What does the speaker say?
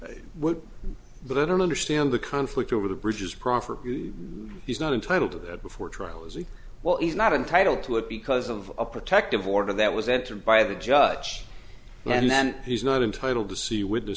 i would but i don't understand the conflict over the bridges proffered he's not entitled to that before trial as it well is not entitle to it because of a protective order that was entered by the judge and then he's not entitled to see with the